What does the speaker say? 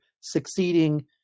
succeeding